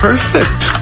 Perfect